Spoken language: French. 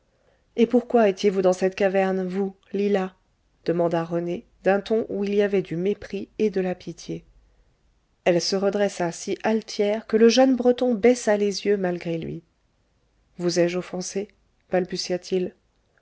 et pourquoi étiez-vous dans cette caverne vous lila demanda rené d'un ton où il y avait du mépris et de la pitié elle se redressa si altière que le jeune breton baissa les yeux malgré lui vous ai-je offensée